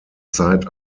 zeit